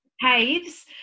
caves